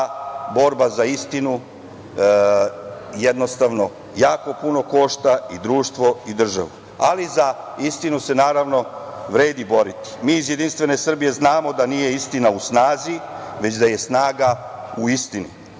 ta borba za istinu jednostavno jako puno košta i društvo i državu, ali za istinu se, naravno, vredi boriti. Mi iz Jedinstvene Srbije znamo da nije istina u snazi, već da je snaga u istini.